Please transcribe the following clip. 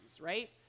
right